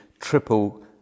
triple